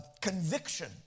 conviction